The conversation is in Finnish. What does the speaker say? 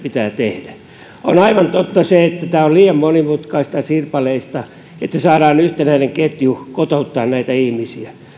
pitää tehdä on aivan totta se että tämä on liian monimutkaista ja sirpaleista jotta saataisiin yhtenäinen ketju kotouttamaan näitä ihmisiä